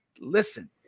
listen